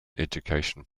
educational